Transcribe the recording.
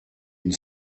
une